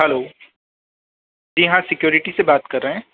hello जी हाँ security से बात रहें हैं